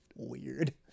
Weird